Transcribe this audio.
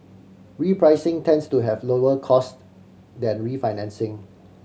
repricing tends to have lower cost than refinancing